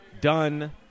Done